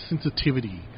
sensitivity